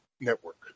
Network